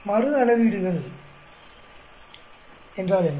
மறுஅளவீடுகள் என்றால் என்ன